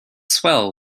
swell